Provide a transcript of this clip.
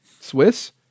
Swiss